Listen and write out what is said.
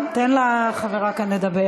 אנחנו פה בשביל